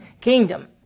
Kingdom